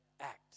Act